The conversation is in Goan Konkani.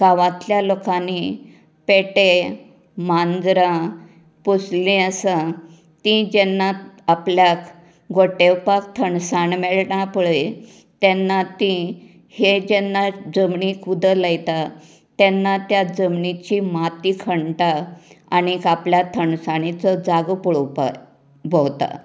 गांवातल्या लोकांनी पेटे माजरां पोंशिल्ली आसात ती जेन्ना आपल्याक गोंठेवपाक थंडसाण मेळटा पळय तेन्ना ती हे जेन्ना जमनीक उदक लायता तेन्ना त्या जमनीची माती खणटा आनीक आपल्याक थंडसाणेचो जागो पळोवपाक भोंवता